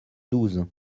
douze